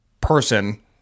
person